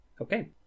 Okay